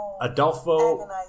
Adolfo